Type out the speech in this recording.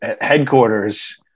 headquarters